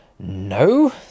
No